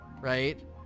right